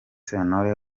sentore